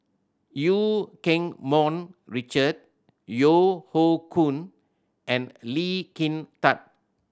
Eu Keng Mun Richard Yeo Hoe Koon and Lee Kin Tat